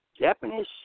Japanese